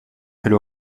elle